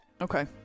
Okay